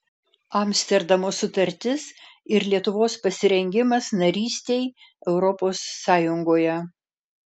amsterdamo sutartis ir lietuvos pasirengimas narystei europos sąjungoje